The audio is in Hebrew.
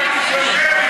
שמית.